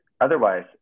otherwise